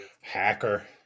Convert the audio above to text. Hacker